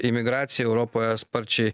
imigracija europoje sparčiai